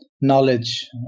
knowledge